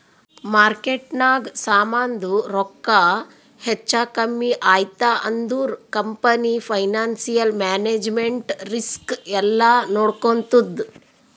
ಮಾರ್ಕೆಟ್ನಾಗ್ ಸಮಾಂದು ರೊಕ್ಕಾ ಹೆಚ್ಚಾ ಕಮ್ಮಿ ಐಯ್ತ ಅಂದುರ್ ಕಂಪನಿ ಫೈನಾನ್ಸಿಯಲ್ ಮ್ಯಾನೇಜ್ಮೆಂಟ್ ರಿಸ್ಕ್ ಎಲ್ಲಾ ನೋಡ್ಕೋತ್ತುದ್